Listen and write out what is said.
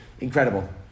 Incredible